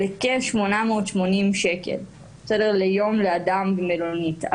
בכ-880 שקלים ליום לאדם במלונית.